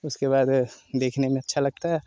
उसके बाद देखने में अच्छा लगता है